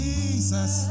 Jesus